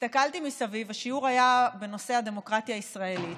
השיעור היה בנושא הדמוקרטיה הישראלית.